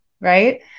Right